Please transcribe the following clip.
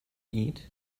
eat